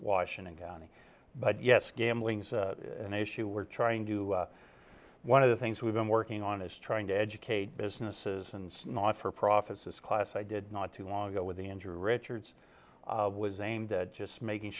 washington county but yes gambling's an issue we're trying to one of the things we've been working on is trying to educate businesses and snot for profits this class i did not too long ago with the injury richards was aimed at just making